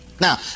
Now